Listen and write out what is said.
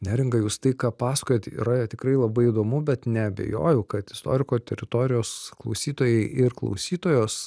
neringa jūs tai ką pasakojat yra tikrai labai įdomu bet neabejoju kad istoriko teritorijos klausytojai ir klausytojos